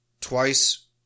twice